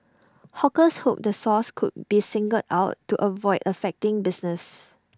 hawkers hoped the source could be singled out to avoid affecting business